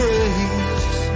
grace